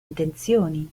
intenzioni